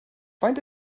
faint